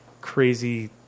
crazy